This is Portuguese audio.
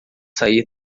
sair